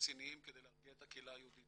רציניים כדי להרגיע את הקהילה היהודית,